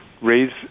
raise